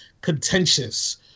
contentious